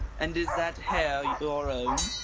and is that hair your own?